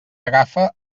agafa